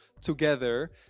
together